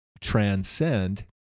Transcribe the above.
transcend